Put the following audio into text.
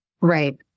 Right